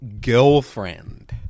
Girlfriend